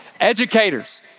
Educators